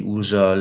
usa